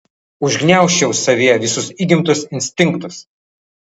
užgniaužčiau savyje visus įgimtus instinktus